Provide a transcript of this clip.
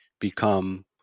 become